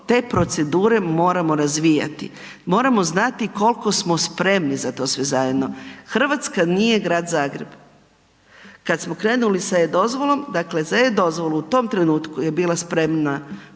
te procedure moramo razvijati, moramo znati kol'ko smo spremni za to sve zajedno, Hrvatska nije Grad Zagreb. Kad smo krenuli sa e-dozvolom, dakle za e-dozvolu u tom trenutku je bila spremna